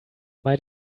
might